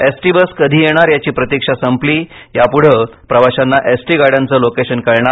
ST bus कधी येणार याची प्रतिक्षा संपली यापुढे प्रवाशांना एसटी गाड्यांचं लोकेशन कळणार